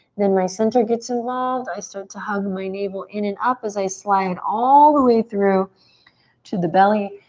then my center gets involved. i start to hug my navel in and up as i slide all the way through to the belly.